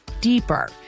deeper